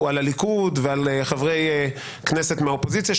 על הליכוד ועל חברי כנסת מהאופוזיציה,